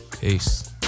Peace